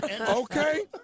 okay